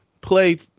play